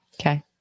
Okay